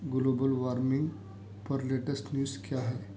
global warming پر latest news کیا ہے